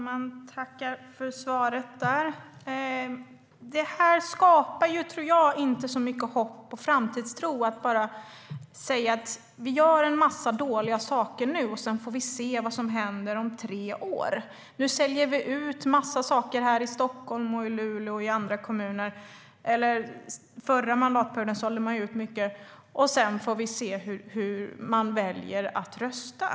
Fru talman! Jag tackar för det svaret. Jag tror inte att det skapar särskilt mycket hopp och framtidstro att bara säga: Vi gör en massa dåliga saker nu, och sedan får vi se vad som händer om tre år. Nu säljer vi ut en massa här i Stockholm, Luleå och andra kommuner - förra mandatperioden var det mycket som såldes ut - och sedan får vi se hur man väljer att rösta.